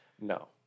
No